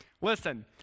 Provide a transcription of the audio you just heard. Listen